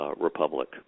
republic